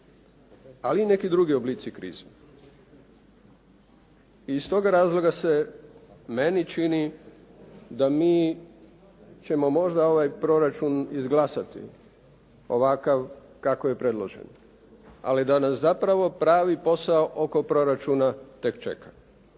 ali i neki drugi oblici krize. Iz toga razloga se meni čini da mi ćemo možda ovaj proračun izglasati ovakav kakav je predložen, ali da nas zapravo pravi posao oko proračuna tek čeka.